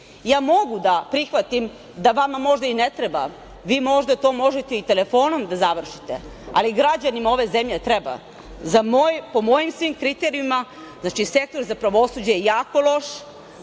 da prihvatim da vama možda i ne treba, vi možda to možete i telefonom da završite, ali građanima ove zemlje treba. Po mojim svim kriterijumima, sektor za pravosuđe je jako loš,